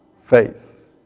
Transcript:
faith